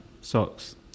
socks